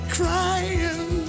crying